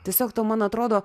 tiesiog tau man atrodo